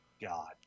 God